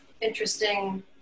interesting